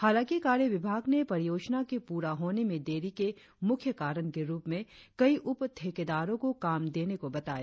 हालांकि कार्य विभाग ने परियोजना के पूरा होने में देरी के मुख्य कारण के रुप में कई उप ठेकेदारों को काम देने को बताया